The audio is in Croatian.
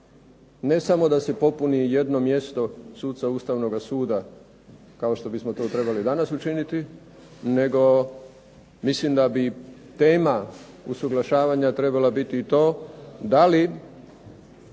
Ne samo da se popuni jedno mjesto suca Ustavnoga suda kao što bi to trebali danas učiniti, nego mislim da bi tema usuglašavanja trebala biti i to da li